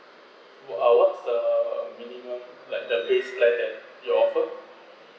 wha~ uh what's the minimum plan that based plan that you offer